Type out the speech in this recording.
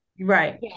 Right